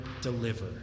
deliver